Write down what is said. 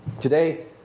Today